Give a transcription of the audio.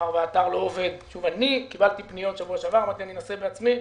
אני קיבלתי פניות בשבוע שעבר, וניסיתי בעצמי,